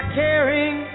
caring